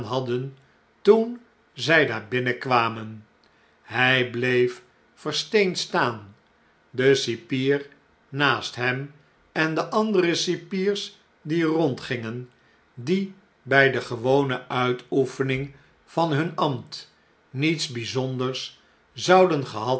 hadden toen zij daar binnenkwamen hjj bleef versteend staan de cipier naast hem en de andere cipiers die rondgingen die bij de gewone uitoefening van hun ambt nietsbn'zonders zouden